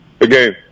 again